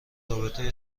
رابطه